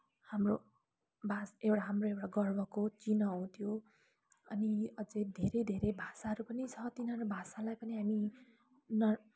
हाम्रो भाषा हाम्रो एउटा गर्वको चिनो हो त्यो अनि अझै धेरै धेरै भाषाहरू पनि छ तिनीहरू भाषालाई पनि हामी नर